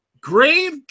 grave